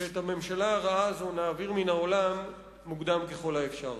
שאת הממשלה הרעה הזו נעביר מן העולם מוקדם ככל האפשר.